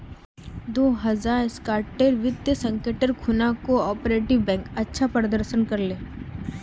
दो हज़ार साटेर वित्तीय संकटेर खुणा कोआपरेटिव बैंक अच्छा प्रदर्शन कर ले